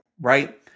Right